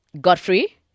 Godfrey